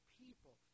people